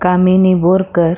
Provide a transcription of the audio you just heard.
Kamini Borkar